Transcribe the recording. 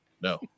No